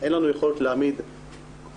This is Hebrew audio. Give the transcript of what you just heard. אין לנו יכולת להעמיד חוקרת